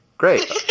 Great